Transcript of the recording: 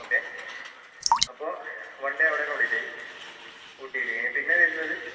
okay അപ്പോൾ one day അവിടെ complete ആയി ഊട്ടിയിൽ പിന്നെ വരുന്നത്